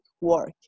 work